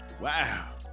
Wow